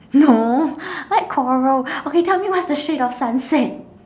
no I like coral okay tell me what's the shade of sunset